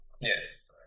Yes